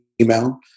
email